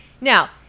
Now